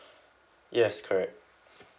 yes correct